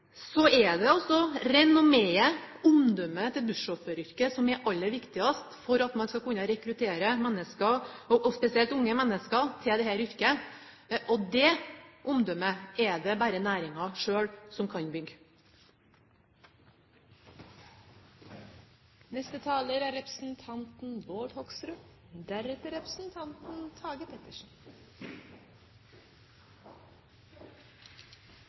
er det renommeet, omdømmet, til bussjåføryrket som er det aller viktigste for at man skal kunne rekruttere mennesker – og spesielt unge mennesker – til dette yrket, og det omdømmet er det bare næringen selv som kan bygge.